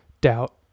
doubt